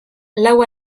lau